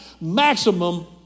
maximum